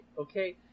okay